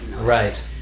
right